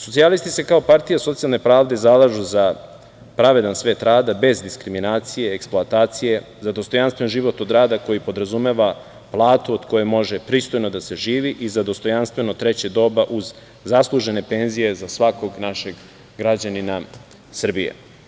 Socijalisti se kao partija socijalne pravde zalažu za pravedni svet rada, bez diskriminacije, eksploatacije, za dostojanstven život od rada koji podrazumeva platu od koje može pristojno da se živi i za dostojanstveno treće doba uz zaslužene penzije za svakog našeg građanina Srbije.